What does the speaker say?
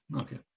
okay